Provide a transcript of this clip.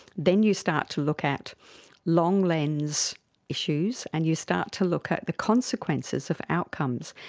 then you start to look at long-lens issues and you start to look at the consequences of outcomes.